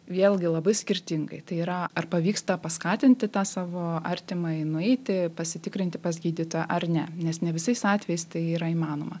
vėlgi labai skirtingai tai yra ar pavyksta paskatinti tą savo artimąjį nueiti pasitikrinti pas gydytoją ar ne nes ne visais atvejais tai yra įmanoma